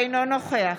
אינו נוכח